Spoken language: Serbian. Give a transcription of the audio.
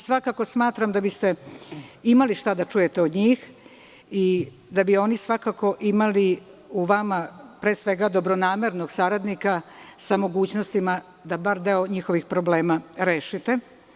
Svakako, smatram da biste imali šta da čujete od njih i da bi oni svakako imali u vama, pre svega, dobronamernog saradnika sa mogućnostima da bar deo njihovih problema rešite.